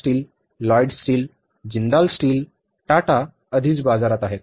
आमच्याकडे आता Essar steel Lloyd steel Jindal steel Tata आधीच बाजारात आहेत